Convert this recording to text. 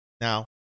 Now